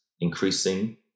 increasing